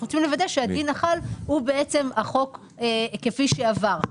אנחנו רוצים לוודא שהדין החל הוא בעצם החוק כפי שעבר,